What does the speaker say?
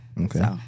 Okay